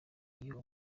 iyo